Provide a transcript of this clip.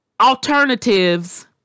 alternatives